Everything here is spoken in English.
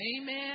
Amen